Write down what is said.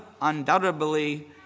undoubtedly